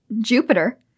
Jupiter